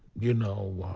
you know?